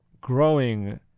growing